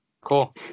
Cool